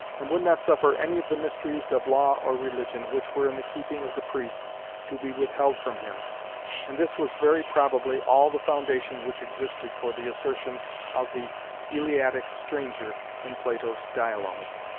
and would not suffer any of the mysteries of law or religion which were in the keeping of the priests to be withheld from him and this was very probably all the foundation which existed for the assertion of the eleatic stranger in plato's dialogue.